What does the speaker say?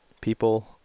People